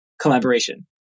collaboration